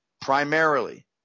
primarily